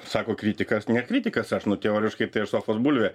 sako kritikas ne kritikas aš nu teoriškai tai aš sofos bulvė